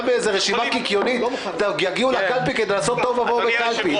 גם מאיזו רשימה קיקיונית תגענה לקלפי כדי לעשות תוהו ובוהו בקלפי?